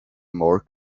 more